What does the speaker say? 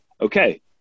okay